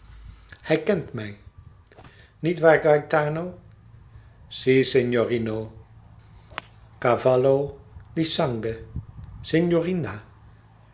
hij kent mij niet waar gaëtano si signorino cavallo di sangue